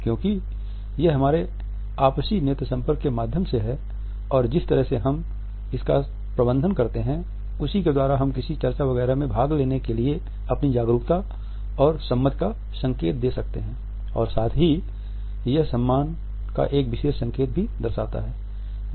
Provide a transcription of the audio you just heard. क्योंकि यह हमारे आपसी नेत्र संपर्क के माध्यम से है और जिस तरह से हम इसका प्रबंधन करते हैं उसके द्वारा हम किसी चर्चा वगैरह में भाग लेने के लिए अपनी जागरूकता और सम्मति का संकेत दे सकते हैं और साथ ही यह सम्मान का एक विशेष संकेत भी दर्शाता है